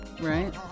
right